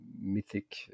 mythic